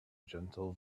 gentle